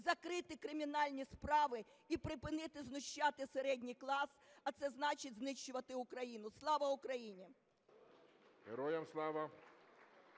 закрити кримінальні справи і припинити знищувати середній клас, а це значить знищувати Україну. Слава Україні! ГОЛОВУЮЧИЙ.